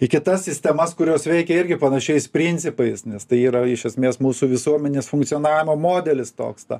į kitas sistemas kurios veikia irgi panašiais principais nes tai yra iš esmės mūsų visuomenės funkcionavimo modelis toks ta